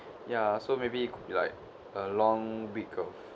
ya so maybe it could be like a long week of